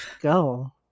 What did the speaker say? go